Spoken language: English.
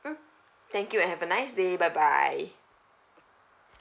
mm thank you have a nice day bye bye